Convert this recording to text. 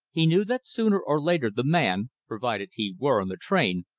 he knew that sooner or later the man, provided he were on the train,